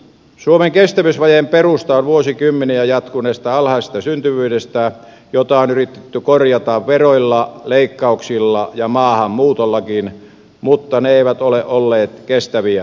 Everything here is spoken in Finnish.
suomen kestävyysvajeen perusta on vuosikymmeniä jatkuneessa alhaisessa syntyvyydessä jota on yritetty korjata veroilla leikkauksilla ja maahanmuutollakin mutta ne eivät ole olleet kestäviä ratkaisuja